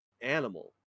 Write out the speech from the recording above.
animal